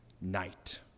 night